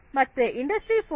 ಮತ್ತೆ ಇಂದಷ್ಟ್ರಿ4